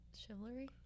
chivalry